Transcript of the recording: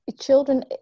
children